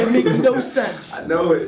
makes no sense. i know